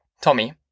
Tommy